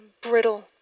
brittle